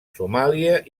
somàlia